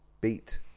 beat